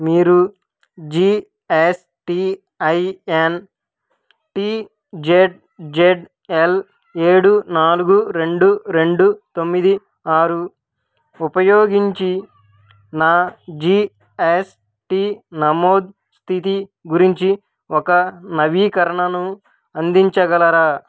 మీరు G S T I N T Z Z L ఏడు నాలుగు రెండు రెండు తొమ్మిది ఆరు ఉపయోగించి నా జీ ఎస్ టీ నమోదు స్థితి గురించి ఒక నవీకరణను అందించగలరా